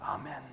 Amen